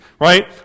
right